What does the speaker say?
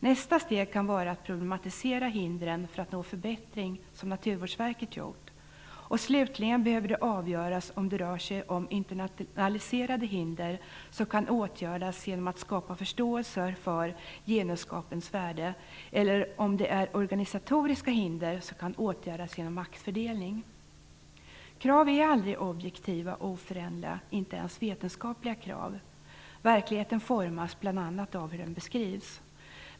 Nästa steg kan vara att problematisera hindren för att nå förbättring, som Naturvårdsverket gjort, och slutligen behöver det avgöras om det rör sig om internaliserade hinder som kan åtgärdas genom att skapa förståelse för genuskunskapens värde eller om det är fråga om organisatoriska hinder som kan åtgärdas genom maktfördelning. Krav är aldrig objektiva och oföränderliga, inte ens vetenskapliga krav. Verkligheten formas bl.a. av hur den beskrivs.